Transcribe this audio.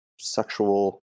sexual